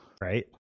right